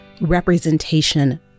Representation